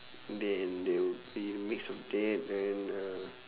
then there would be a mix of that and uh